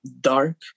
dark